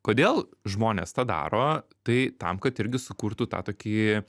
kodėl žmonės tą daro tai tam kad irgi sukurtų tą tokį